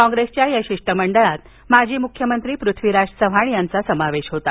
कॉंग्रेसच्या या शिष्टमंडळात माजी मुख्यमंत्री प्रथ्वीराज चव्हाण यांचाही समावेश होता